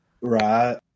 Right